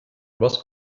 was